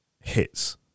hits